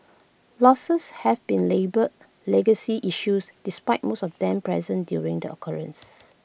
losses have been labelled legacy issues despite most of them present during the occurrences